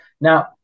Now